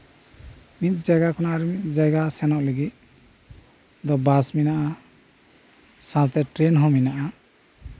ᱢᱤᱫ ᱡᱟᱭᱜᱟ ᱠᱷᱚᱱ ᱟᱨ ᱢᱤᱫ ᱡᱟᱭᱜᱟ ᱥᱮᱱᱚᱜ ᱞᱟᱹᱜᱤᱫ ᱵᱟᱥ ᱢᱮᱱᱟᱜᱼᱟ ᱥᱟᱶᱛᱮ ᱴᱨᱮᱱ ᱦᱚᱸ ᱢᱮᱱᱟᱜᱼᱟ